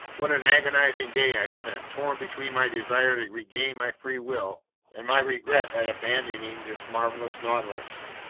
what an agonizing day i spent, torn between my desire to regain my free will and my regret at abandoning this marvelous nautilus,